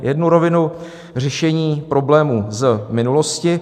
Jednu rovinu řešení problémů z minulosti.